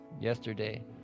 yesterday